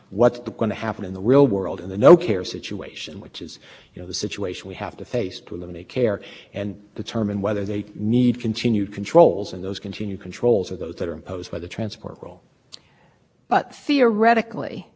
it ignoring care is the agency's interpretation interference with maintenance consistent with not double counting yes